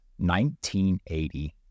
1980